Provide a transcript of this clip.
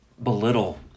belittle